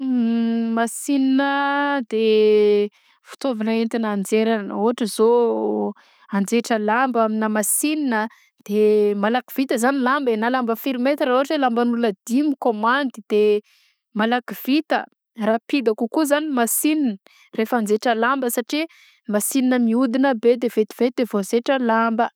Masinina de fitaovagna entina anjeragna ôhatra zao anjetra lamba aminà masinina de malaky vita zany ny lamba e; na lamba firy mètre ôhatra hoe lamban'olona dimy komandy de malaky vita, rapida kokoa zany ny masinina rehefa anjetra lamba satria masinina miodina be de vetivety de vaozaitra lamba.